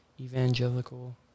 Evangelical